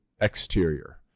exterior